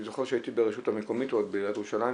אני זוכר שהייתי ברשות המקומית עוד בעיריית ירושלים,